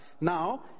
Now